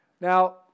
Now